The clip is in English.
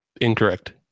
Incorrect